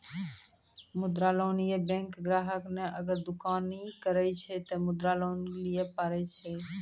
मुद्रा लोन ये बैंक ग्राहक ने अगर दुकानी करे छै ते मुद्रा लोन लिए पारे छेयै?